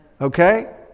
Okay